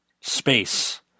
Space